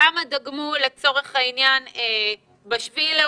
כמה דגמו לצורך העניין ב-7 באוקטובר,